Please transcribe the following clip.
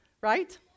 right